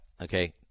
Okay